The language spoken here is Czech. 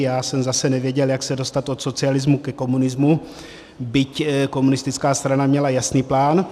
Já jsem zase nevěděl, jak se dostat od socialismu ke komunismu, byť komunistická strana měla jasný plán.